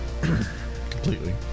Completely